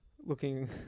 looking